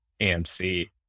AMC